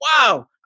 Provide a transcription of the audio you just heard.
wow